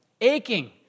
aching